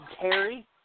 Terry